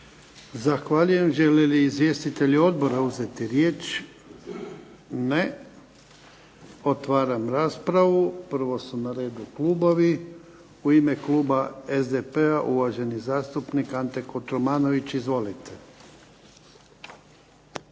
Zahvaljujem. Žele li izvjestitelji odbora uzeti riječ? Ne. Otvaram raspravu. Prvo su na redu klubovi. U ime kluba SDP-a uvaženi zastupnik Ante Kotromanović, izvolite.